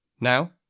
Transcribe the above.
Now